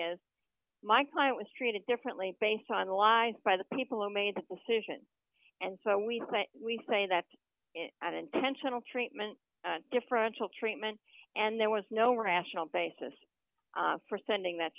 is my client was treated differently based on lies by the people who made the decision and so we we say that an intentional treatment differential treatment and there was no rational basis for sending that